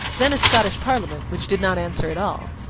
then a scottish parliament which did not answer at all.